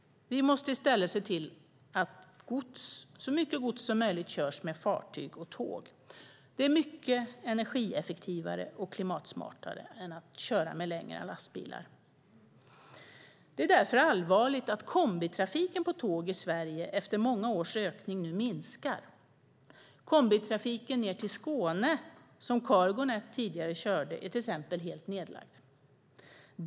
Vi måste i stället se till att så mycket gods som möjligt körs med fartyg och tåg. Det är mycket energieffektivare och klimatsmartare än att köra med längre lastbilar. Det är därför allvarligt att kombitrafiken på tåg i Sverige efter många års ökning nu minskar. Kombitrafiken ned till Skåne som Cargonet tidigare körde är till exempel nedlagd.